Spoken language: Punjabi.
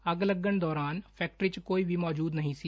ਅੱਗ ਲੱਗਣ ਦੌਰਾਨ ਫੈਕਟਰੀ 'ਚ ਕੋਈ ਵੀ ਮੌਜੁਦ ਨਹੀਂ ਸੀ